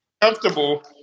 comfortable